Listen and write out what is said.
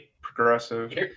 Progressive